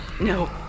No